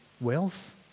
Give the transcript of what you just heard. wealth